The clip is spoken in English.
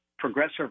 progressive